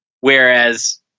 Whereas